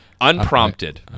Unprompted